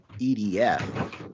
EDF